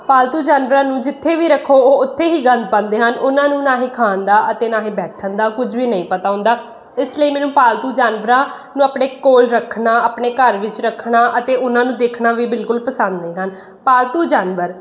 ਪਾਲਤੂ ਜਾਨਵਰਾਂ ਨੂੰ ਜਿੱਥੇ ਵੀ ਰੱਖੋ ਉਹ ਉੱਥੇ ਹੀ ਗੰਦ ਪਾਉਂਦੇ ਹਨ ਉਹਨਾਂ ਨੂੰ ਨਾ ਹੀ ਖਾਣ ਦਾ ਅਤੇ ਨਾ ਹੀ ਬੈਠਣ ਦਾ ਕੁੱਝ ਵੀ ਨਹੀਂ ਪਤਾ ਹੁੰਦਾ ਇਸ ਲਈ ਮੈਨੂੰ ਪਾਲਤੂ ਜਾਨਵਰਾਂ ਨੂੰ ਆਪਣੇ ਕੋਲ ਰੱਖਣਾ ਆਪਣੇ ਘਰ ਵਿੱਚ ਰੱਖਣਾ ਅਤੇ ਉਹਨਾਂ ਨੂੰ ਦੇਖਣਾ ਵੀ ਬਿਲਕੁਲ ਪਸੰਦ ਨਹੀਂ ਹਨ ਪਾਲਤੂ ਜਾਨਵਰ